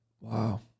Wow